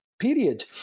Period